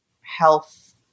health